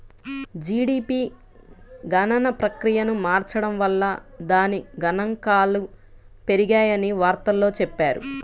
GDP గణన ప్రక్రియను మార్చడం వల్ల దాని గణాంకాలు పెరిగాయని వార్తల్లో చెప్పారు